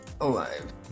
alive